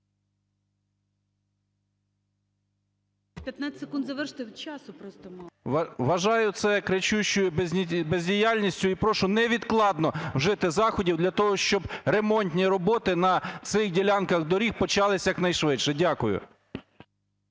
Вважаю це кричущою бездіяльністю і прошу невідкладно вжити заходів для того, щоб ремонтні роботи на цих ділянках доріг почалися якнайшвидше. Дякую